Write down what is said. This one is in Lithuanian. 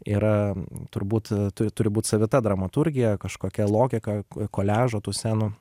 yra turbūt tu turi būt savita dramaturgija kažkokia logika koliažo tų scenų